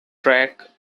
track